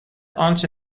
آنچه